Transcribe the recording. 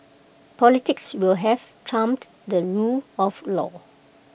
politics will have trumped the rule of law